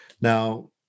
Now